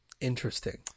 Interesting